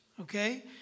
Okay